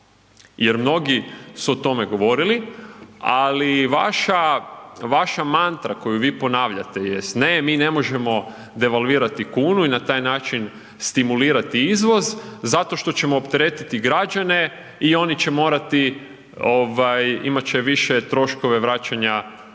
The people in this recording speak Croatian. jer mnogi su o tome govorili, ali vaša, vaša mantra koju vi ponavljate jest ne mi ne možemo devalvirati kunu i na taj način stimulirati izvoz zato što ćemo opteretiti građane i oni će morati ovaj, imat će više troškove vraćanja